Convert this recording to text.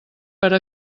per